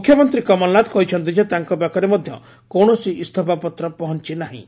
ମୁଖ୍ୟମନ୍ତ୍ରୀ କମଲନାଥ କହିଛନ୍ତି ଯେ ତାଙ୍କ ପାଖରେ ମଧ୍ୟ କୌଣସି ଇସ୍ତଫାପତ୍ର ପହଞ୍ଚି ନାହିଁ